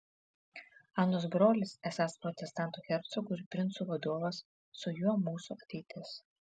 anos brolis esąs protestantų hercogų ir princų vadovas su juo mūsų ateitis